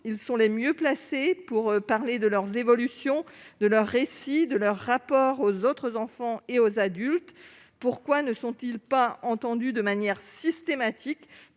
Ils sont donc les mieux placés pour parler de leurs évolutions, de leurs récits, de leurs rapports aux autres enfants et aux adultes. Pourquoi ne sont-ils pas entendus de manière systématique